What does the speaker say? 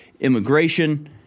immigration